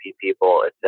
people